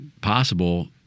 possible